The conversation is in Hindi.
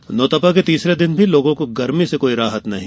मौसम नौतपा के तीसरे दिन भी लोगों को गर्मी से कोई राहत नहीं मिली